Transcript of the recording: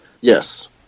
yes